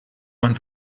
man